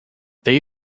they